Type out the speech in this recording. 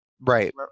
Right